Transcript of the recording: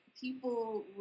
people